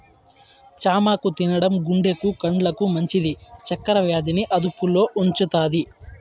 చామాకు తినడం గుండెకు, కండ్లకు మంచిది, చక్కర వ్యాధి ని అదుపులో ఉంచుతాది